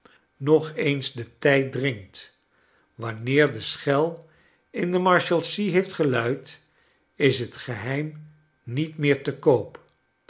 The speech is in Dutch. nog eens de tijd dxingt wanneer de schel in de marshalsea heeft geluid is het geheim niet meer te koop